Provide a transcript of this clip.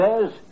says